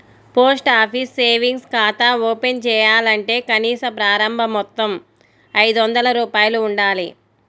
post office savings ఖాతా open చేయాలంటే కనీస ప్రారంభ మొత్తం ఐదొందల రూపాయలు ఉండాలి